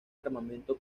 armamento